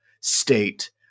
state